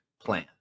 plan